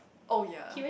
oh ya